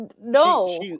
no